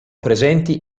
presenti